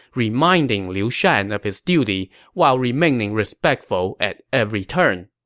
reminding liu shan of his duty while remaining respectful at every turn